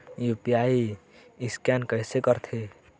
UPI scan कइसे करथे?